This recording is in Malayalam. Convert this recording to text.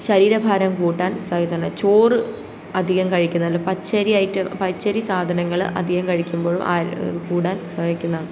ശരീരഭാരം കൂട്ടാൻ സഹായിക്കുന്നുണ്ട് ചോറ് അധികം കഴിക്കുന്നതല്ല പച്ചരി ഐറ്റം പച്ചരി സാധനങ്ങൾ അധികം കഴിക്കുമ്പോഴും കൂടാൻ സഹായിക്കുന്നതാണ്